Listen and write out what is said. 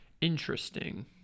Interesting